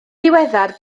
ddiweddar